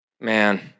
man